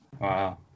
Wow